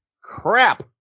Crap